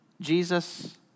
Jesus